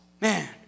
Man